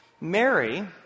Mary